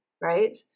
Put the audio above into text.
right